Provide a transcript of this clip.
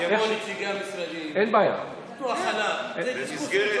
יבואו נציגי המשרדים, זה דיסקוס ראשוני.